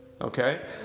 Okay